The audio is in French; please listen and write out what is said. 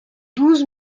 douze